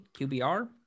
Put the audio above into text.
QBR